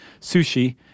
sushi